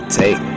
take